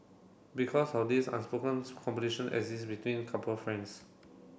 because of this unspoken competition exists between couple friends